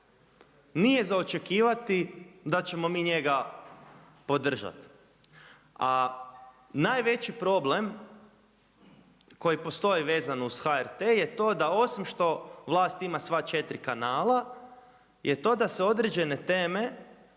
nije za očekivati da ćemo mi njega podržati. A najveći problem koji postoji vezano uz HRT je to osim što vlast ima sva četiri kanala, je to da se određene teme